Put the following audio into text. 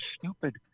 stupid